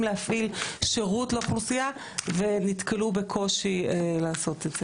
להפעיל בה שירות לאוכלוסיה ונתקלו בקושי לעשות את זה.